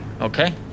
Okay